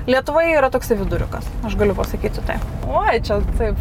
lietuvoje yra toksai viduriukas aš galiu pasakyti su tai oi čia taip